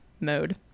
mode